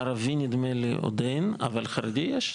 ערבי נדמה לי עוד אין, אבל חרדי יש.